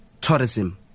tourism